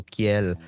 Kiel